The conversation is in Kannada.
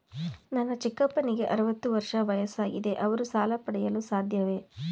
ನನ್ನ ಚಿಕ್ಕಪ್ಪನಿಗೆ ಅರವತ್ತು ವರ್ಷ ವಯಸ್ಸಾಗಿದೆ ಅವರು ಸಾಲ ಪಡೆಯಲು ಸಾಧ್ಯವೇ?